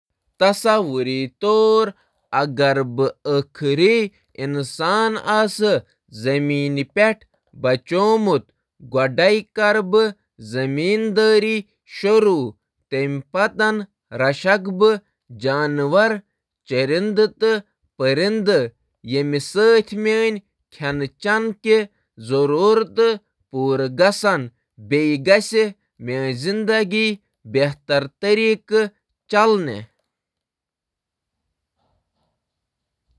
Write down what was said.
اگر بہٕ آسہا زمینس پیٹھ ٲخری نفر۔ بہٕ کَرٕ تمام جانور پالنہٕ تہٕ بہٕ کَرٕ کاشتکاری یُس مےٚ زِنٛدٕگی ہُنٛد فٲیدٕ دِیہِ۔